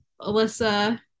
Alyssa